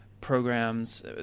programs